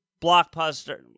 blockbuster